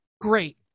great